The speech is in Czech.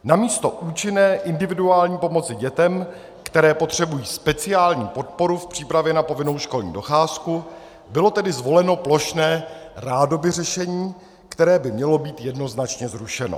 Namísto účinné individuální pomoci dětem, které potřebují speciální podporu v přípravě na povinnou školní docházku, bylo tedy zvoleno plošné rádoby řešení, které by mělo být jednoznačně zrušeno.